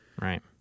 Right